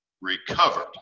recovered